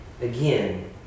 again